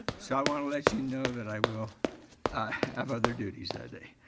so i wanna let you know that i will have other duties that day.